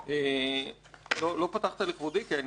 לא פתחת לכבודי, כי הייתי כאן.